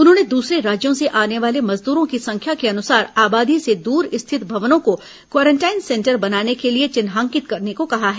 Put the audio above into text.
उन्होंने दूसरे राज्यों से आने वाले मजदूरों की संख्या के अनुसार आबादी से दूर स्थित भवनों को क्वारेंटाइन सेंटर बनाने के लिए चिन्हांकित करने को कहा है